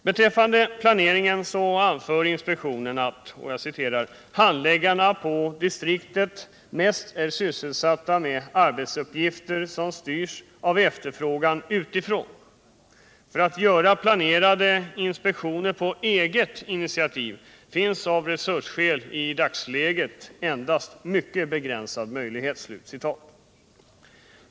Beträffande planeringen anför inspektionen, att handläggarna på distriktet mest är sysselsatta med arbetsuppgifter som styrs av efterfrågan utifrån. För att göra planerade inspektioner på eget initiativ finns av resursskäl i dagsläget endast en mycket begränsad möjlighet, anser man.